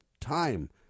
time